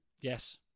Yes